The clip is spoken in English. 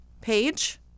page